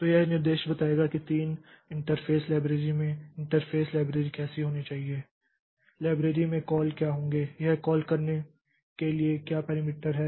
तो यह विनिर्देश बताएगा कि तीन इंटरफ़ेस लाइब्रेरी में इंटरफ़ेस लाइब्रेरी कैसी होनी चाहिए लाइब्रेरी में कॉल क्या होंगे यह कॉल करने के लिए क्या पैरामीटर हैं